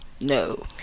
no